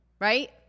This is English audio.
right